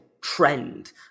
trend